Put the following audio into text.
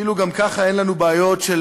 אדוני היושב-ראש,